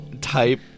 type